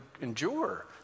endure